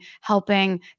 helping